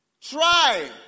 Try